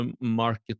market